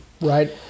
Right